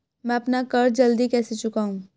मैं अपना कर्ज जल्दी कैसे चुकाऊं?